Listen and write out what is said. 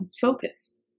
focus